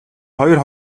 хоёр